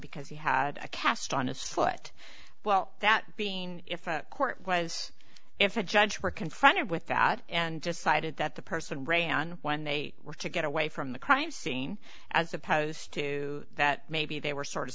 because he had a cast on his foot well that being if court was if a judge were confronted with that and decided that the person ray on when they were to get away from the crime scene as opposed to that maybe they were sort of